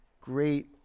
great